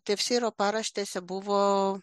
tefyro paraštėse buvo